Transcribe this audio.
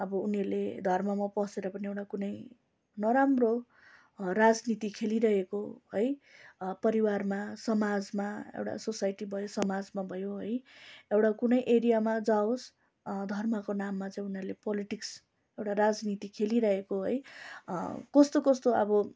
अब उनीहरूले धर्ममा पसेर पनि एउटा कुनै नराम्रो राजनीति खेलिरहेको है परिवारमा समाजमा एउटा सोसाइटी भयो समाजमा भयो है एउटा कुनै एरियामा जावोस् धर्मको नाममा चाहिँ उनीहरूले पोलिटिक्स् एउटा राजनीति खेलिहरेको है कस्तो कस्तो अब